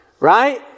Right